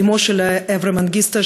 אמו של אברה מנגיסטו,